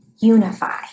unify